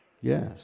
Yes